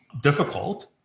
difficult